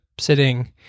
sitting